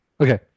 Okay